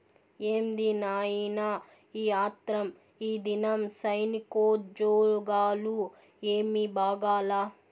ఏంది నాయినా ఈ ఆత్రం, ఈదినం సైనికోజ్జోగాలు ఏమీ బాగాలా